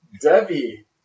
Debbie